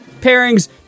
Pairings